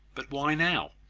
but why now?